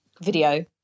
video